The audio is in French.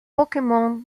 pokémon